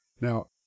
Now